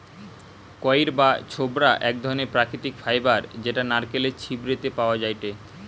কইর বা ছোবড়া এক ধরণের প্রাকৃতিক ফাইবার যেটা নারকেলের ছিবড়ে তে পাওয়া যায়টে